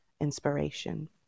inspiration